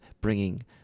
bringing